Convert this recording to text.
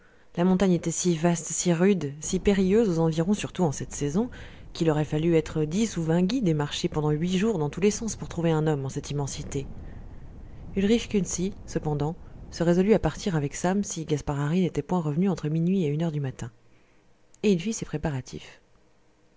la montagne était si vaste si rude si périlleuse aux environs surtout en cette saison qu'il aurait fallu être dix ou vingt guides et marcher pendant huit jours dans tous les sens pour trouver un homme en cette immensité ulrich kunsi cependant se résolut à partir avec sam si gaspard hari n'était point revenu entre minuit et une heure du matin et il fit ses préparatifs